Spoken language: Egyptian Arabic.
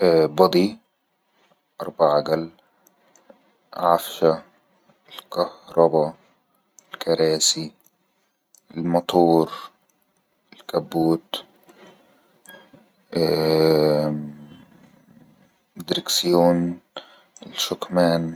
بضي اربع عجل عفشة كهرباء كراسي المطور الكبوت دركسيون الشكمان